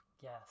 Yes